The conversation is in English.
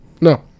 No